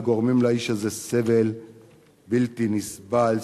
וגורמים לאיש הזה סבל בלתי נסבל,